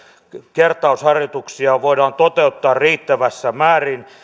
kertausharjoituksia voidaan toteuttaa riittävässä määrin